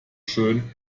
schön